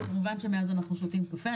כמובן שאנחנו מאז שותים קפה.